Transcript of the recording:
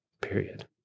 period